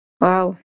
Wow